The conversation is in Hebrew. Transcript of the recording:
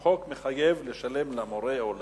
שהחוק מחייב לשלם למורה או לנוסע,